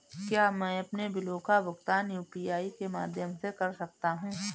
क्या मैं अपने बिलों का भुगतान यू.पी.आई के माध्यम से कर सकता हूँ?